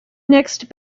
next